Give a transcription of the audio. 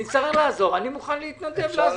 אם צריך לעזור, אני מוכן להתנדב לעזור.